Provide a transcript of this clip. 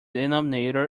denominator